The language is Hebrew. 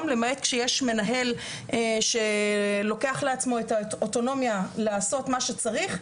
למעט כשיש מנהל שלוקח לעצמו את האוטונומיה לעשות מה שצריך,